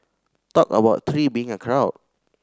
talk about three being a crowd